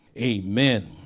Amen